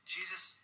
Jesus